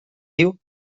diu